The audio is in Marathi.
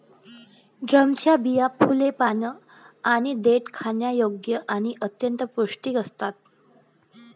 ड्रमच्या बिया, फुले, पाने आणि देठ खाण्यायोग्य आणि अत्यंत पौष्टिक असतात